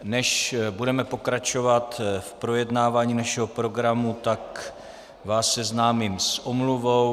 Než budeme pokračovat v projednávání našeho programu, tak vás seznámím s omluvou.